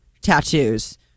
tattoos